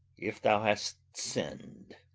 if thou hast sinn'd,